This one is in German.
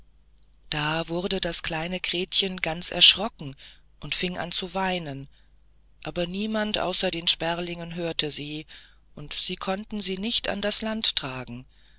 da wurde das kleine gretchen ganz erschrocken und fing an zu weinen aber niemand außer den sperlingen hörte sie und die konnten sie nicht an das land tragen